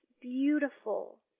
beautiful